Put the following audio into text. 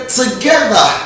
together